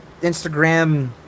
Instagram